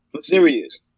serious